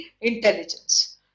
intelligence